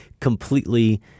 completely